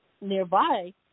nearby